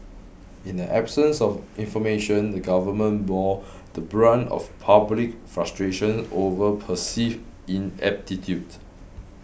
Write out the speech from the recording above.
in the absence of information the government bore the brunt of public frustration over perceived ineptitude